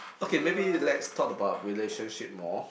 okay maybe let's talk about relationship more